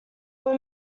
were